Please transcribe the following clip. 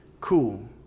Cool